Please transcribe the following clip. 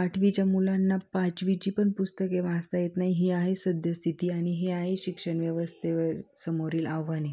आठवीच्या मुलांना पाचवीची पण पुस्तके वाचता येत नाही ही आहे सद्यस्थिती आणि हे आहे शिक्षण व्यवस्थेवर समोरील आव्हाने